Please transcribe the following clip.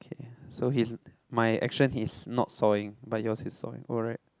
K ah so his my action he's not sawing but yours is sawing oh right